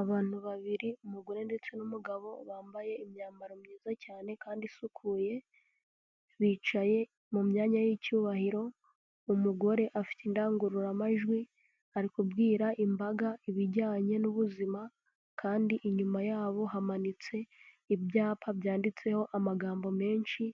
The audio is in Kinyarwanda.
Abantu babiri umugore ndetse n'umugabo bambaye imyambaro myiza cyane kandi isukuye, bicaye mu myanya y'icyubahiro, umugore afite indangururamajwi ari kubwira imbaga ibijyanye n'ubuzima kandi inyuma yabo hamanitse ibyapa byanditseho amagambo menshi